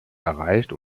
erreicht